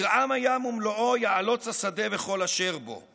"ירעם הים ומלואו, יעלץ השדה וכל אשר בו.